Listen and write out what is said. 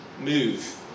move